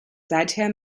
seither